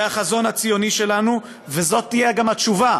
זה החזון הציוני שלנו, וזאת תהיה גם התשובה